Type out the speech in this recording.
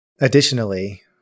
Additionally